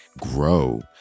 grow